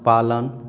पालन